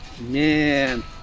man